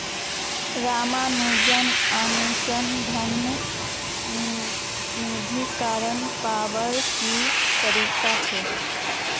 रामानुजन अनुसंधान निधीकरण पावार की तरीका छे